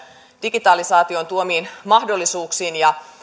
digitalisaation tuomiin mahdollisuuksiin